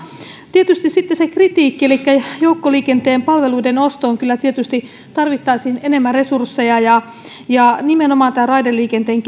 tietysti sitten se kritiikki joukkoliikenteen palveluiden ostoon kyllä tietysti tarvittaisiin enemmän resursseja nimenomaan raideliikenteen